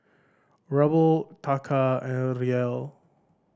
Ruble Taka and Riel